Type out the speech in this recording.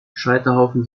scheiterhaufen